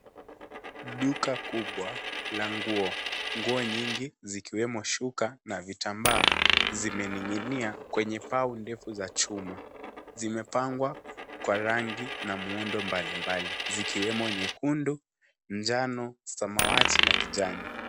Duka kubwa la nguo. Nguo nyingi zikiwemo shuka na vitambaa zimening'inia kwenye pau ndefu ya chuma. Zimepangwa kwa rangi na muundo mbalimbali zikiwemo nyekundu, njano, samawati na kijani.